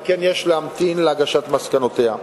ועל כן יש להמתין להגשת מסקנותיה.